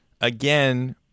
Again